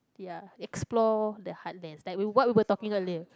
ya explore the heartlands like what we were talking earlier